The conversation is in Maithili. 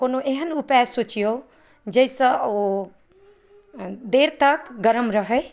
कोनो एहन उपाय सोचियौ जाहिसँ ओ देर तक गरम रहै